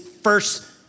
First